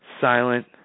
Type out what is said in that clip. silent